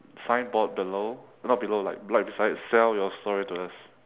signboard below not below like right beside sell your story to us